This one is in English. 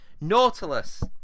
Nautilus